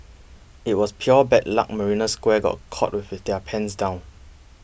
it was pure bad luck Marina Square got caught with their pants down